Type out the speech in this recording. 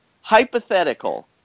hypothetical